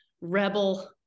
rebel